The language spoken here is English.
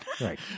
Right